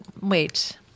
Wait